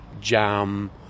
Jam